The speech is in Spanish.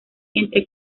entre